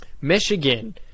Michigan